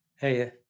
Hey